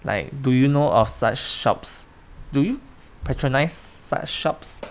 like do you know of such shops do you patronise such shops